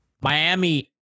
Miami